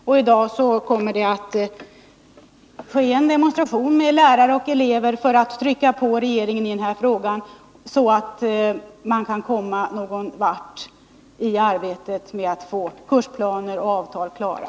Och i dag kommer lärare och elever att demonstrera för att försöka påverka regeringen i den här frågan, så att det blir möjligt att komma någonvart i arbetet med att få kursplaner och avtal klara.